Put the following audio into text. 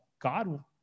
God